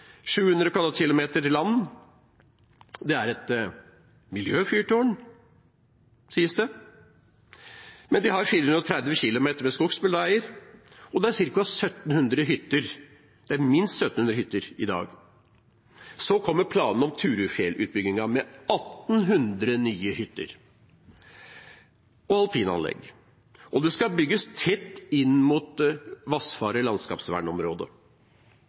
700 km 2 land. Det er et miljøfyrtårn, sies det, men de har 430 km med skogsbilveier, og det er minst 1 700 hytter der i dag. Så kommer planene om Turufjell-utbyggingen med 1 800 nye hytter og alpinanlegg. Og det skal bygges tett inn mot Vassfaret landskapsvernområde.